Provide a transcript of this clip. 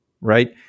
right